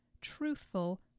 truthful